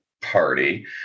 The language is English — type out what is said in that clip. party